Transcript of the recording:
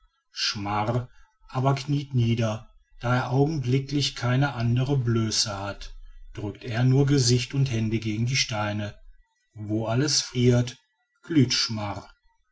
aber kniet nieder da er augenblicklich keine anderen blößen hat drückt er nur gesicht und hände gegen die steine wo alles friert